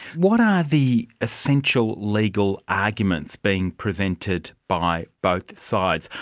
what are the essential legal arguments being presented by both sides?